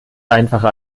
einfacher